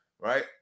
right